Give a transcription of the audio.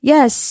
Yes